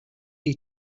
each